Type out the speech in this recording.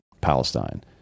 palestine